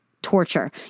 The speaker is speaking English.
torture